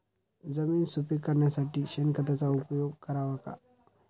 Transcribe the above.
जमीन सुपीक करण्यासाठी शेणखताचा उपयोग करावा का?